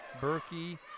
Berkey